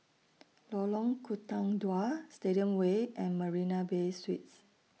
Lorong Tukang Dua Stadium Way and Marina Bay Suites